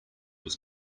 was